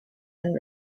and